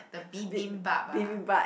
the Bibimbap ah